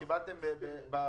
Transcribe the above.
קיבלתם בפיצויים משהו?